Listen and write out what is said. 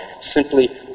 simply